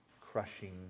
crushing